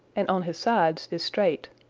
and on his sides is straight.